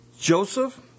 Joseph